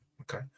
Okay